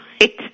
Right